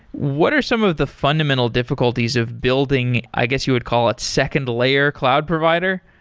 what are some of the fundamental difficulties of building, i guess you would call it second layer cloud provider?